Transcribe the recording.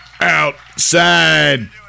outside